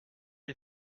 est